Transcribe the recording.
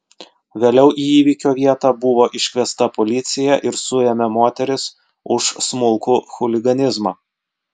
vėliau į įvykio vietą buvo iškviesta policija ir suėmė moteris už smulkų chuliganizmą